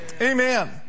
Amen